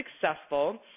successful